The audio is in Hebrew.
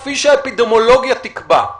כפי שהאפידמיולוגיה תקבע,